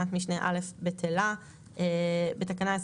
בפסקה (2),